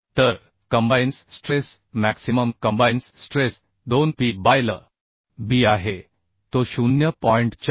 तर combines stress maximum combines stress 2 p by l b आहे तो 0